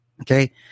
Okay